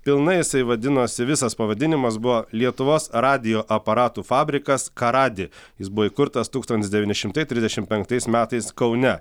pilnai jisai vadinosi visas pavadinimas buvo lietuvos radijo aparatų fabrikas karadi jis buvo įkurtas tūkstantis devyni šimtai trisdešim penktais metais kaune